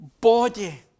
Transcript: body